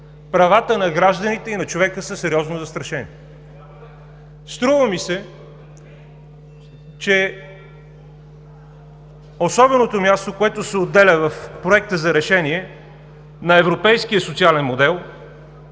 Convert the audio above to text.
правата на гражданите и на човека са сериозно застрашени. Струва ми се, че особеното място, което се отделя в Проекта за решение на европейския социален модел